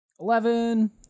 Eleven